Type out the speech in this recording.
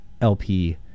LP